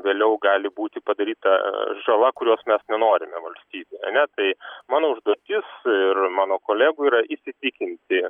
vėliau gali būti padaryta žala kurios mes nenorime valstybei ar ne tai mano užduotis ir mano kolegų yra įsitikinti